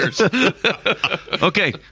okay